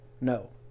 no